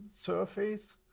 surface